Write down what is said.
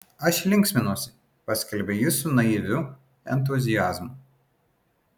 aš linksminuosi paskelbė jis su naiviu entuziazmu